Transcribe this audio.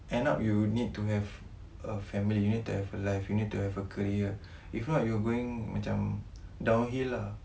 end up you need to have a family you need to have a life a you need to have a career if not you're going macam downhill ah